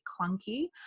clunky